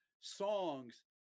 songs